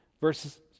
verses